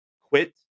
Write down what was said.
quit